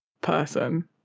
person